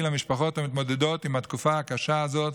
למשפחות המתמודדות עם התקופה הקשה הזאת,